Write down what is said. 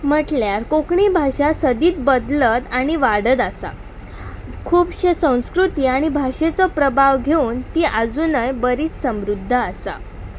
म्हटल्यार कोंकणी भाशा सदींच बदलत आनी वाडत आसा खुबशे संस्कृती आनी भाशेचो प्रभाव घेवन ती अजुनय बरीच समृद्ध आसा